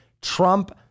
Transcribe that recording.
trump